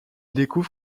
découvre